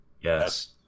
Yes